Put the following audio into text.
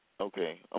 okay